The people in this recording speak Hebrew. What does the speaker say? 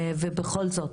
ובכל זאת,